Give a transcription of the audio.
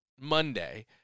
Monday